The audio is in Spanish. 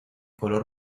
color